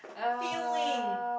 feeling